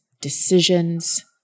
decisions